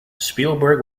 spielberg